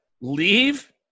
leave